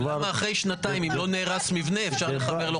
למה אחרי שנתיים אם לא נהרס מבנה אפשר לחבר לו חשמל?